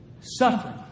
Suffering